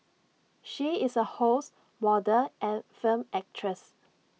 she is A host model and film actress